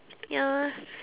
ya